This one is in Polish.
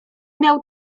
miał